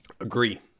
Agree